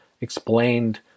explained